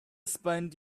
spend